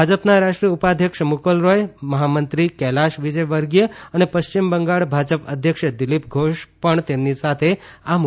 ભાજપના રાષ્ટ્રીય ઉપાધ્યક્ષ મુક્રલ રોય મહામંત્રી કૈલાશ વિજયવર્ગીય અને પશ્ચિમ બંગાળ ભાજપ અધ્યક્ષ દીલીપ ઘોષ પણ તેમની સાથે આ મુલાકાતમાં જોડાયા હતા